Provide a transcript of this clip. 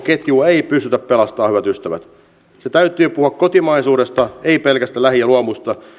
ketjua emme pysty pelastamaan hyvät ystävät siinä täytyy puhua kotimaisuudesta ei pelkästä lähi ja luomuruoasta